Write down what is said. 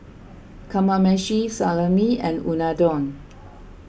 Kamameshi Salami and Unadon